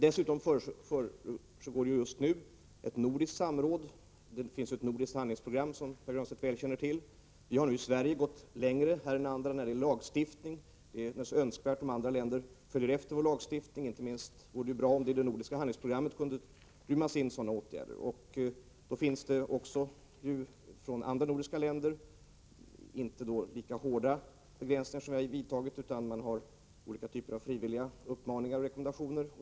Dessutom försiggår just nu ett nordiskt samråd om ett nordiskt handlingsprogram, som Pär Granstedt väl känner till. Här i Sverige har vi nu gått längre än andra länder när det gäller lagstiftningen. Det vore naturligtvis önskvärt att andra länder tog efter vår lagstiftning, inte minst vore det bra om det nordiska handlingsprogrammet kunde inrymma sådana åtgärder. I de andra nordiska länderna finns det också begränsningar, även om de inte är lika hårda som de vi har utan utgörs av olika typer av frivilliga uppmaningar och rekommendationer.